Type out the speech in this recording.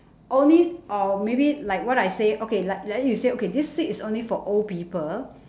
only or maybe like what I say okay like like that you say okay this seat is only for old people